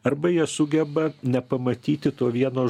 arba jie sugeba nepamatyti to vieno